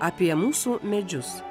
apie mūsų medžius